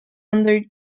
under